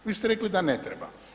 Vi ste rekli da ne treba.